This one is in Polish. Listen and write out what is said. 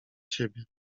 ciebie